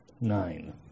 nine